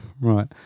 Right